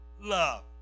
love